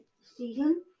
season